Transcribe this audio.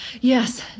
Yes